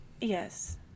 Yes